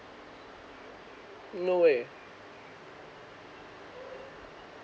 no way